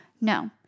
No